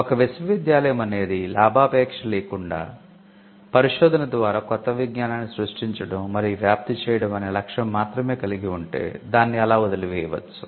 ఒక విశ్వవిద్యాలయం అనేది లాభాపేక్ష లేకుండా పరిశోధన ద్వారా కొత్త విజ్ఞానాన్ని సృష్టించడం మరియు వ్యాప్తి చేయడం అనే లక్ష్యం మాత్రమే కలిగి ఉంటే దాన్ని అలా వదిలి వేయవచ్చు